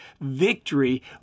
victory